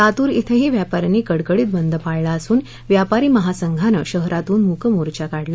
लातूर इंही व्यापान्यांनी कडकडीत बंद पाळला असून व्यापारी महासंघानं शहरातून मूक मोर्चा काढला